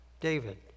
David